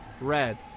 Red